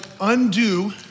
undo